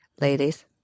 Ladies